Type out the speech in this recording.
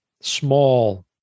small